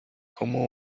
cómo